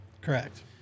Correct